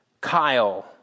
Kyle